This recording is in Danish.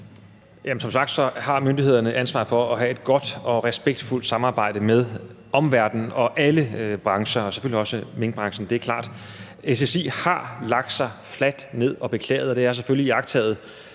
Som sagt har myndighederne ansvaret for at have et godt og respektfuldt samarbejde med omverdenen og alle brancher og selvfølgelig også minkbranchen. Det er klart. SSI har lagt sig fladt ned og beklaget, og det har jeg selvfølgelig iagttaget,